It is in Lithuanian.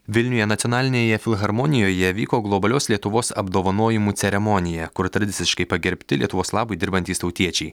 vilniuje nacionalinėje filharmonijoje vyko globalios lietuvos apdovanojimų ceremonija kur tradiciškai pagerbti lietuvos labui dirbantys tautiečiai